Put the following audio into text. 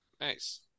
Nice